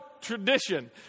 tradition